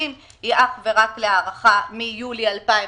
המשפטים היא אך ורק להארכה מיולי 2020